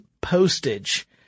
postage